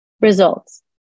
Results